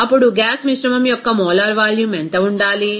అప్పుడు గ్యాస్ మిశ్రమం యొక్క మోలార్ వాల్యూమ్ ఎంత ఉండాలి